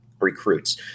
recruits